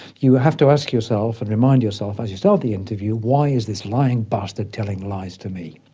you have to ask yourself and remind yourself as you start the interview, why is this lying bastard telling lies to me?